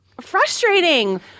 frustrating